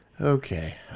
okay